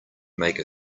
make